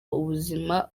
ubuzima